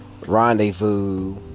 rendezvous